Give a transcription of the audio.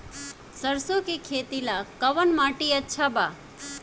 सरसों के खेती ला कवन माटी अच्छा बा?